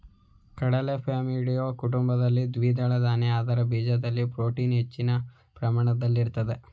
ಕಡಲೆ ಫ್ಯಾಬಾಯ್ಡಿಯಿ ಕುಟುಂಬದ ದ್ವಿದಳ ಧಾನ್ಯ ಅದರ ಬೀಜದಲ್ಲಿ ಪ್ರೋಟೀನ್ ಹೆಚ್ಚಿನ ಪ್ರಮಾಣದಲ್ಲಿರ್ತದೆ